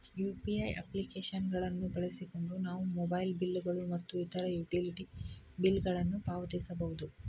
UPI application ಗಳನ್ನು ಬಳಸಿಕೊಂಡು ನಾವು ಮೊಬೈಲ್ ಬಿಲ್ ಗಳು ಮತ್ತು ಇತರ ಯುಟಿಲಿಟಿ ಬಿಲ್ ಗಳನ್ನು ಪಾವತಿಸಬಹುದು